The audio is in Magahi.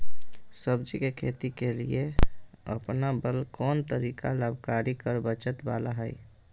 सब्जी के खेती के लिए अपनाबल कोन तरीका लाभकारी कर बचत बाला है?